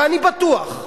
ואני בטוח,